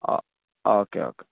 ആ okay okay